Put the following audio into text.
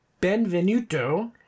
Benvenuto